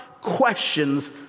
questions